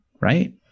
right